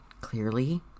clearly